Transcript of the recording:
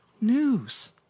news